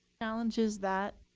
challenges that?